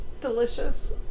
Delicious